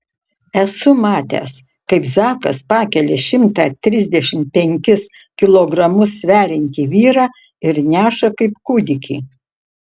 esu matęs kaip zakas pakelia šimtą trisdešimt penkis kilogramus sveriantį vyrą ir neša kaip kūdikį